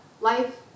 life